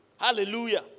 Hallelujah